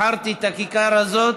ובחרתי את הכיכר הזאת,